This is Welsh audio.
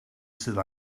sydd